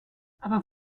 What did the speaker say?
aber